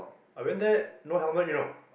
I went there no helmet you know